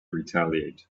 retaliate